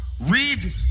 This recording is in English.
Read